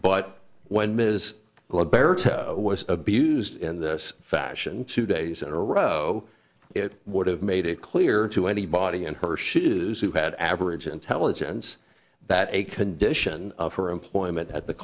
but when ms was abused in this fashion two days in a row it would have made it clear to anybody in her shoes who had average intelligence that a condition of her employment at the